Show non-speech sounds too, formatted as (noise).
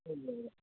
(unintelligible)